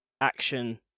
action